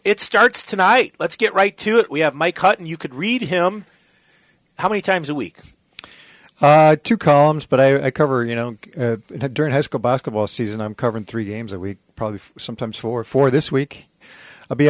it starts tonight let's get right to it we have my cut you could read him how many times a week two columns but i cover you know during high school basketball season i'm covering three games a week probably sometimes four four this week i'll be